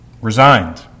Resigned